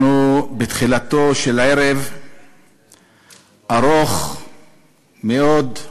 אנחנו בתחילתו של ערב ארוך מאוד,